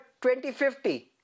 2050